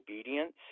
obedience